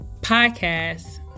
podcast